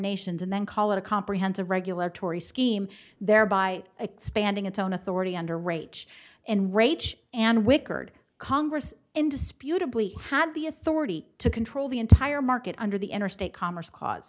nations and then call it a comprehensive regulatory scheme thereby expanding its own authority under rage and rage and wickard congress indisputably had the authority to control the entire market under the interstate commerce clause